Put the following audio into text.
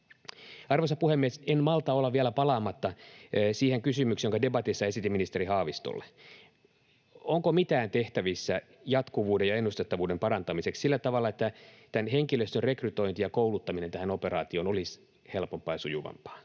Arvoisa puhemies! En malta olla vielä palaamatta siihen kysymykseen, jonka debatissa esitin ministeri Haavistolle. Onko mitään tehtävissä jatkuvuuden ja ennustettavuuden parantamiseksi sillä tavalla, että tämän henkilöstön rekrytointi ja kouluttaminen tähän operaatioon olisi helpompaa ja sujuvampaa?